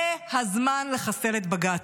זה הזמן לחסל את בג"ץ,